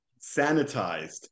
sanitized